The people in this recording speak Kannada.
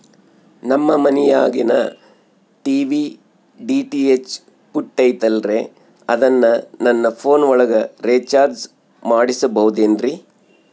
ನಮ್ಮ ಮನಿಯಾಗಿನ ಟಿ.ವಿ ಡಿ.ಟಿ.ಹೆಚ್ ಪುಟ್ಟಿ ಐತಲ್ರೇ ಅದನ್ನ ನನ್ನ ಪೋನ್ ಒಳಗ ರೇಚಾರ್ಜ ಮಾಡಸಿಬಹುದೇನ್ರಿ?